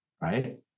right